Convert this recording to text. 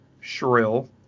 Shrill